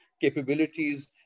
capabilities